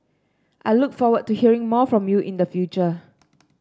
I look forward to hearing more from you in the future